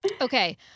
Okay